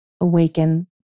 awaken